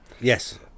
yes